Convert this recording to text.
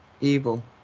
evil